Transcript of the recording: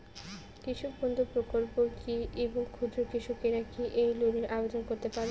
কৃষক বন্ধু প্রকল্প কী এবং ক্ষুদ্র কৃষকেরা কী এই প্রকল্পে আবেদন করতে পারবে?